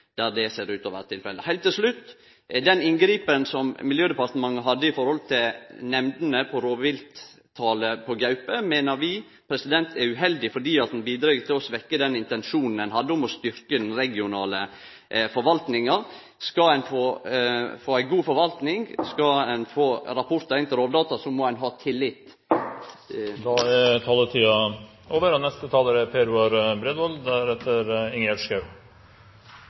der det ser ut til å vere tilfellet. Heilt til slutt: Overstyringa som Miljødepartementet hadde av nemndene når det gjaldt rovvilttalet på gaupe, meiner vi er uheldig fordi det bidreg til å svekkje den intensjonen ein hadde om å styrkje den regionale forvaltninga. Skal ein få ei god forvaltning, skal ein få rapportar inn til Rovdata, må ein ha tillit.